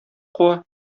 куа